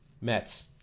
Mets